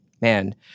Man